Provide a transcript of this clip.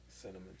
Cinnamon